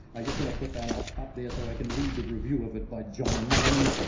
i just wanna put that up up there so i can read the review of it by john mullen.